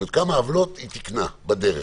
כמה עוולות היא תיקנה בדרך.